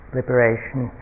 liberation